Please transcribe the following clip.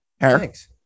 Thanks